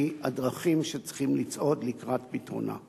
הדרכים שצריך לצעוד בהן לקראת פתרונה.